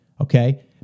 Okay